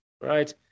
right